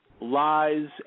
lies